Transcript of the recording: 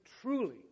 truly